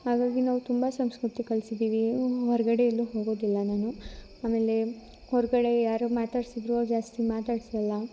ಹಾಗಾಗಿ ನಾವು ತುಂಬ ಸಂಸ್ಕೃತಿ ಕಲಿಸಿದಿವಿ ಹೊರ್ಗಡೆ ಎಲ್ಲು ಹೋಗೋದಿಲ್ಲ ನಾನು ಆಮೇಲೆ ಹೊರ್ಗಡೆ ಯಾರೋ ಮಾತಾಡಿಸಿದ್ರು ಜಾಸ್ತಿ ಮಾತಾಡ್ಸೋಲ್ಲ